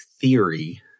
theory